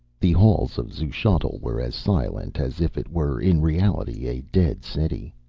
the halls of xuchotl were as silent as if it were in reality a dead city.